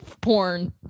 porn